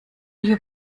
you